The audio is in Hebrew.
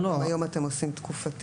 או שגם היום אתם עושים תקופתי?